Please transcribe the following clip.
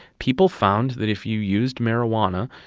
people found that if you used marijuana,